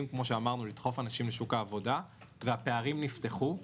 לדחוף אנשים לשוק העבודה והפערים נפתחו.